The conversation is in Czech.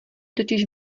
totiž